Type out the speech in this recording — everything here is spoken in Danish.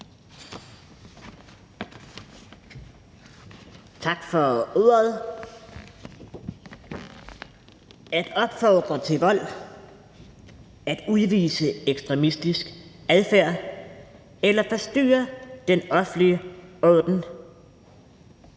foreninger, der opfordrer til vold, udviser ekstremistisk adfærd eller forstyrrer den offentlige orden.